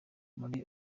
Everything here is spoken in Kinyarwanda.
muri